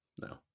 no